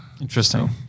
Interesting